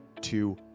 two